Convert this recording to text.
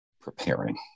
preparing